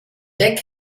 deck